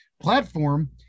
platform